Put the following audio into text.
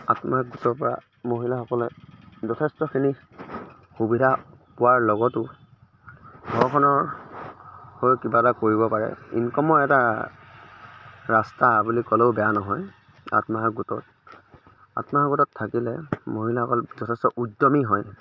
আত্মসহায়ক গোটৰ পৰা মহিলাসকলে যথেষ্টখিনি সুবিধা পোৱাৰ লগতো ঘৰখনৰ হৈ কিবা এটা কৰিব পাৰে ইনকমৰ এটা ৰাস্তা বুলি ক'লেও বেয়া নহয় আত্মসহায়ক গোটত আত্মসহায়ক গোটত থাকিলে মহিলাসকল যথেষ্ট উদ্য়মী হয়